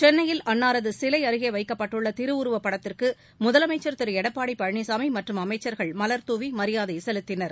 சென்னையில் அன்னாரது திருவுருவச் சிலை அருகே வைக்கப்பட்டுள்ள திருவுருவப் படத்திற்கு முதலமைச்ச் திரு எடப்பாடி பழனிசாமி மற்றும் அமைச்ச்கள் மவர் தூவி மரியாதை செலுத்தினர்